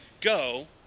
go